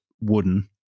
wooden